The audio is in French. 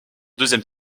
deuxième